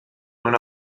non